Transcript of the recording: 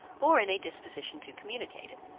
or in a disposition to communicate it.